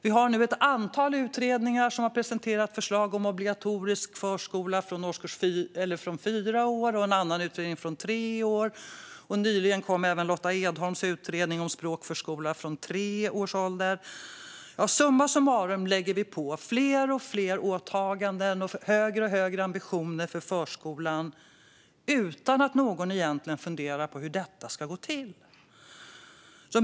Vi har nu ett antal utredningar som har presenterat förslag om obligatorisk förskola från fyra års ålder; en annan utredning har föreslagit att det ska vara från tre års ålder. Nyligen kom även Lotta Edholms utredning om språkförskola från tre års ålder. Summa summarum lägger vi på fler och fler åtaganden och högre och högre ambitioner för förskolan utan att någon egentligen funderar på hur detta ska gå till.